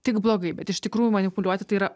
tik blogai bet iš tikrųjų manipuliuoti tai yra